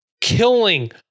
killing